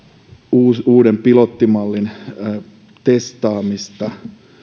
uuden uuden pilottimallin testaamista